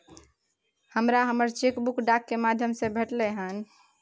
हमरा हमर cheque book डाक के माध्यम से भेटलय हन